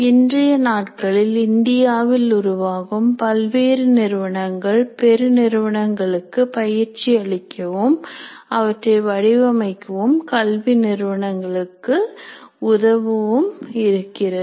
இன்றைய நாட்களில் இந்தியாவில் உருவாகும்பல்வேறு நிறுவனங்கள் பெருநிறுவனங்களுக்கு பயிற்சி அளிக்கவும் அவற்றை வடிவமைக்கவும் கல்வி நிறுவனங்களுக்கு உதவவும் இருக்கிறது